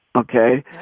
Okay